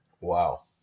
Wow